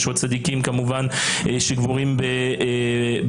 יש עוד צדיקים כמובן שקבורים באוקראינה.